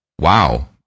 wow